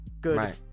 good